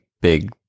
big